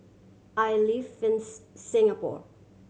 I live in Singapore